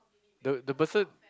the the person